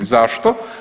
Zašto?